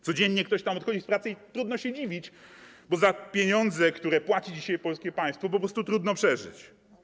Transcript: Codziennie ktoś tam odchodzi z pracy i trudno się dziwić, bo za pieniądze, które płaci dzisiaj polskie państwo, po prostu trudno przeżyć.